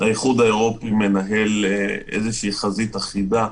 האיחוד האירופי מנהל חזית אחידה.